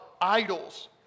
idols